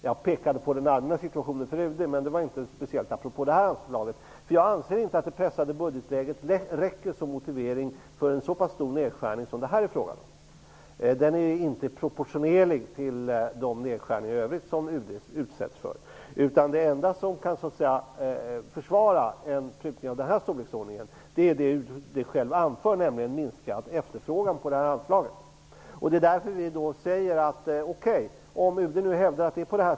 Jag pekade på den allmänna situationen för UD, men det gjorde jag inte apropå detta anslag. Jag anser inte att det pressade budgetläget räcker som motivering för en så pass stor nedskärning som det nu är fråga om. Den står inte i proportion till de nedskärningar i övrigt som UD utsätts för. Det enda som kan försvara en prutning av denna storleksordning är det som UD anför, nämligen att det är en minskad efterfrågan på detta anslag.